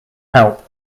help